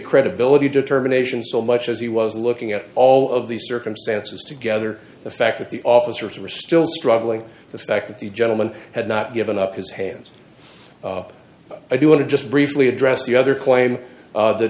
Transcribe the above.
credibility determination so much as he was looking at all of the circumstances together the fact that the officers are still struggling the fact that the gentleman had not given up his hands i do want to just briefly address the other claim